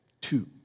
Two